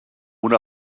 una